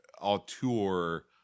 auteur